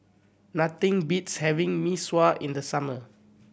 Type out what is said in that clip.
nothing beats having Mee Sua in the summer